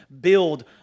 build